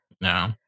No